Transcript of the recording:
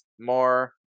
more